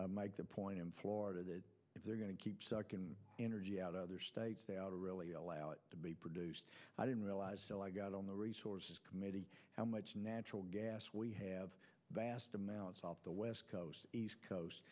helped mike the point in florida that if they're going to keep sucking energy out other states they ought to really allow it to be produced i didn't realize i got on the resources committee how much natural gas we have vast amounts off the west coast east coast